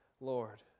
Lord